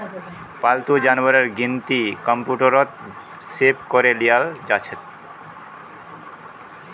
पालतू जानवरेर गिनती कंप्यूटरत सेभ करे लियाल जाछेक